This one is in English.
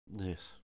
Yes